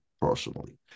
personally